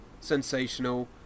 sensational